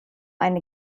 eine